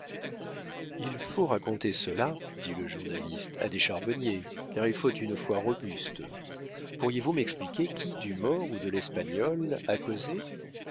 il faut raconter cela dit le journaliste à des charbonniers car il faut une foi robuste pourriez-vous m'expliquer qui du mort ou de l'espagnol a causé